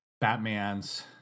Batman's